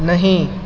نہیں